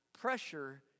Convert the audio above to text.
pressure